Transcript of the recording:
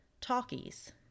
talkies